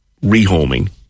rehoming